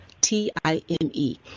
T-I-M-E